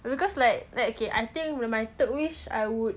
because like that okay I think my third wish I would